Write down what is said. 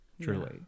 truly